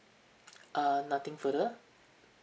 err nothing further